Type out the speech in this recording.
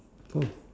oh